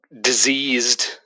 diseased